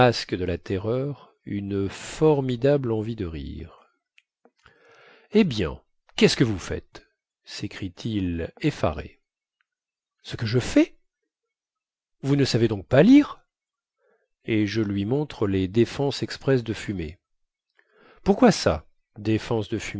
de la terreur une formidable envie de rire eh bien quest ce que vous faites sécrie t il effaré ce que je fais vous ne savez donc pas lire et je lui montre les défense expresse de fumer pourquoi ça défense